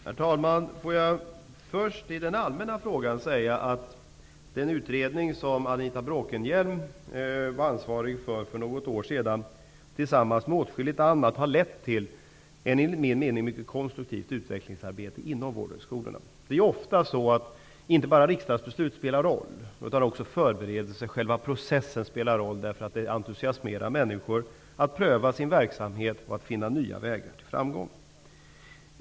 Herr talman! När det gäller den allmänna frågan vill jag säga att den utredning som Anita Bråkenhielm för något år sedan var ansvarig för tillsammans med mycket annat har lett till ett mycket konstruktivt utvecklingsarbete inom vårdhögskolorna. Det är ofta så att det inte bara är riksdagsbeslut som spelar en roll. Själva förberedelseprocessen spelar roll, eftersom den entusiasmerar människor att pröva sin verksamhet och att finna nya vägar till framgång.